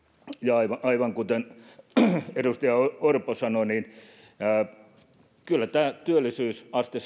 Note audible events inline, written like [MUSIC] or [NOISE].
aivan aivan kuten edustaja orpo sanoi kyllä tämä työllisyysaste [UNINTELLIGIBLE]